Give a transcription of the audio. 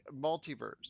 Multiverse